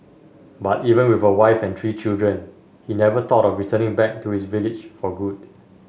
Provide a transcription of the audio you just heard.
but even with a wife and three children he never thought of returning back to his village for good